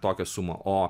tokią sumą o